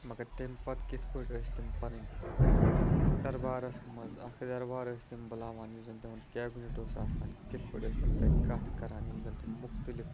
مگر تَمہِ پَتہٕ کِتھ پٲٹھۍ ٲسۍ تِم پَنٕنۍ دربارَس منٛز اَکھ دربار ٲسۍ تِم بُلاوان یُس زَنہٕ تِہُنٛد کیبنِٹ اوس آسان کِتھ پٲٹھۍ ٲسۍ تِم تَتہِ کَتھ کران یِم زَنہٕ تِم مختلف